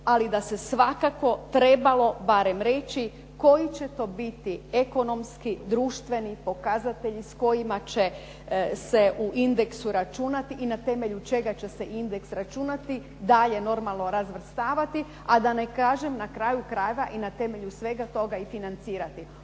ali da se svakako trebalo barem reći koji će to biti ekonomski, društveni pokazatelji s kojima će se u indeksu računati i na temelju čega će se indeks računati, dalje normalno razvrstavati. A da ne kažem na kraju krajeva i na temelju svega toga i financirati.